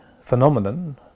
phenomenon